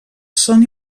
són